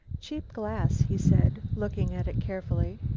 cheap glass, he said, looking at it carefully.